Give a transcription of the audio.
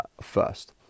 first